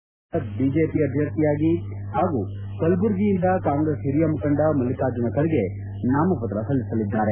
Sadananda Gowda BJP ಅಭ್ವರ್ಥಿ ಹಾಗೂ ಕಲಬುರಗಿಯಿಂದ ಕಾಂಗ್ರೆಸ್ ಹಿರಿಯ ಮುಖಂಡ ಮಲ್ಲಿಕಾರ್ಜುನ ಖರ್ಗೆ ನಾಮಪತ್ರ ಸಲ್ಲಿಸಲ್ಲಿದ್ದಾರೆ